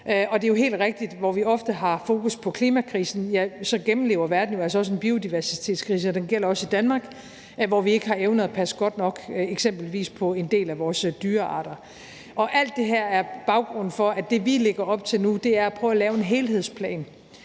det er helt rigtigt, at hvor vi ofte har fokus på klimakrisen, så gennemlever verden jo altså også en biodiversitetskrise, og den er også til stede i Danmark, hvor vi ikke har evnet at passe godt nok på eksempelvis en del af vores dyrearter. Alt det her er baggrunden for, at det, vi lægger op til nu, er at prøve at lave en helhedsplan,